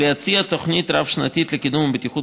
להציע תוכנית רב-שנתית לקידום הבטיחות